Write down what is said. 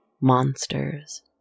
...monsters